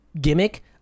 gimmick